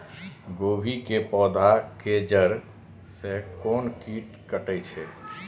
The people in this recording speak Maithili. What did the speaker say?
गोभी के पोधा के जड़ से कोन कीट कटे छे?